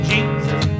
Jesus